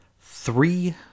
three